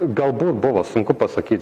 galbūt buvo sunku pasakyt